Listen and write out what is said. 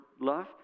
love